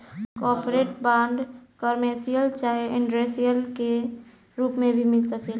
corporate bond, commercial चाहे industrial के रूप में भी मिल सकेला